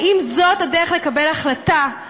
האם זאת הדרך לקבל החלטה?